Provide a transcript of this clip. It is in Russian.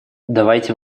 давайте